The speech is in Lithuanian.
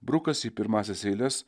brukas į pirmąsias eiles